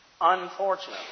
unfortunately